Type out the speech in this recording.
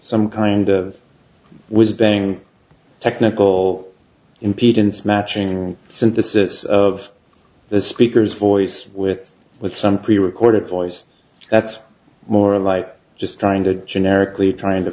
some kind of was being technical impedance matching synthesis of the speaker's voice with with some prerecorded voice that's more like just trying to generically trying to